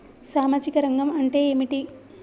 సామాజిక రంగం అంటే ఏమిటి?